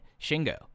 Shingo